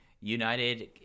United